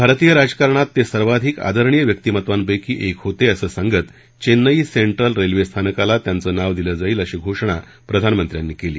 भारतीय राजकारणात ते सर्वाधिक आदरणीय व्यक्तिमत्वांपैकी एक होते असं सांगत चेन्नई सेंट्रल रेल्वे स्थानकाला त्यांचं नाव दिलं जाईल अशी घोषणा केली